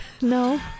no